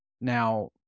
Now